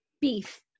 beef